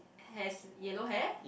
has yellow hair